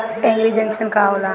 एगरी junction का होला?